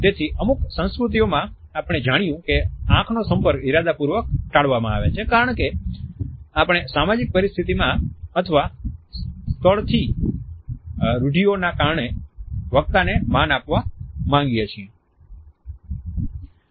તેથી અમુક સંસ્કૃતિઓમાં આપણે જાણ્યું કે આંખનો સંપર્ક ઇરાદાપૂર્વક ટાળવામાં આવે છે કારણ કે આપણે સામાજિક પરિસ્થિતિમાં અથવા સ્થળની રૂઢિઓના કારણે વક્તાને માન આપવા માંગીએ છીએ